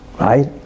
Right